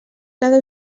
cada